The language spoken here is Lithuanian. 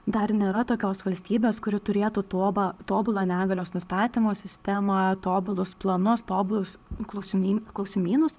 dar nėra tokios valstybės kuri turėtų tobą tobulą negalios nustatymo sistemą tobulus planus tobulus klausimyn klausimynus